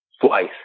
twice